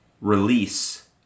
release